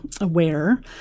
aware